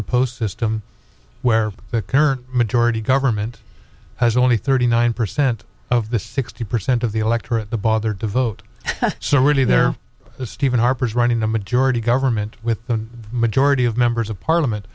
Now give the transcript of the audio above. system where the current majority government has only thirty nine percent of the sixty percent of the electorate the bother to vote so really there stephen harper is running a majority government with the majority of members of parliament